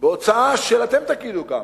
בהוצאה של, אתם תגידו כמה: